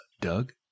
Doug